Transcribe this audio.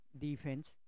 defense